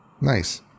Nice